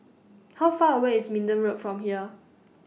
How Far away IS Minden Road from here